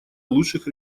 лучших